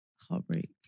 Heartbreak